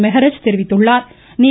மெஹரஜ் தெரிவித்துள்ளா்